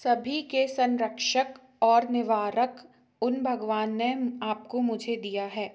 सभी के संरक्षक और निवारक उन भगवान ने आपको मुझे दिया है